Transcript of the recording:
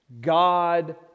God